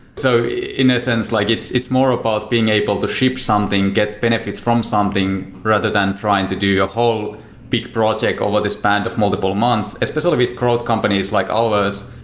so in a sense, like it's it's more about being able to shift something, get benefit from something rather than trying to do a whole big project over the span of multiple months, especially with companies like ours.